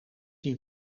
die